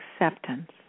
acceptance